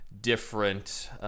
different